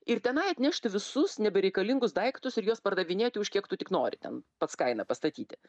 ir tenai atnešti visus nebereikalingus daiktus ir juos pardavinėti už kiek tu tik nori ten pats kainą pastatyti